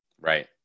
Right